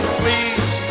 please